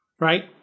Right